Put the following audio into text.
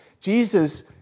Jesus